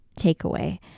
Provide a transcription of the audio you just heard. takeaway